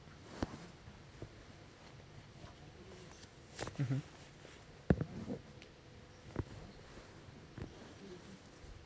mmhmm